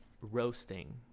Roasting